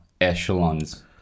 echelons